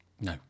No